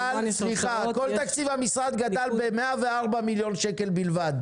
עליתם בסך הכול ב-104 מיליוני שקלים מ-2021 ל-2022.